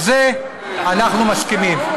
על זה אנחנו מסכימים.